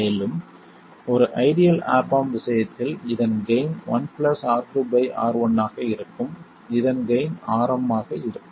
மேலும் ஒரு ideal op amp விஷயத்தில் இதன் கெய்ன் 1 R2 R1 ஆக இருக்கும் இதன் கெய்ன் Rm ஆக இருக்கும்